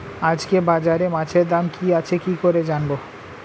আজকে বাজারে মাছের দাম কি আছে কি করে জানবো?